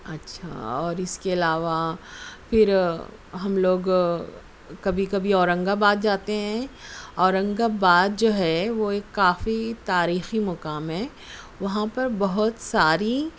اچھا اور اس کے علاوہ پھر ہم لوگ کبھی کبھی اورنگ آباد جاتے ہیں اورنگ آباد جو ہے وہ ایک کافی تاریخی مقام ہے وہاں پر بہت ساری